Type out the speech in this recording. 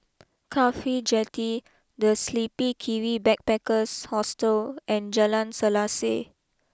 Cafhi Jetty the Sleepy Kiwi Backpackers Hostel and Jalan Selaseh